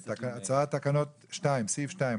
סעיף 2,